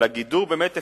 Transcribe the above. אלא גידור באמת אפקטיבי,